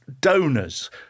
donors